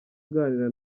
aganira